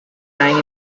lying